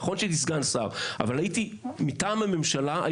נכון שהייתי סגן שר אבל פעלתי כפרויקטור מטעם הממשלה.